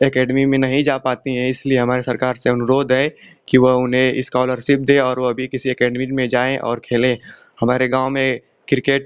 academy में नहीं जा पाती हैं इसलिए हमारी सरकार से अनुरोध है कि वह उन्हें इस्कॉलरसिप दे और वह भी किसी अकैडमी में जाऍं और खेलें हमारे गाँव में क्रिकेट